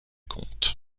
comptes